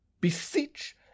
beseech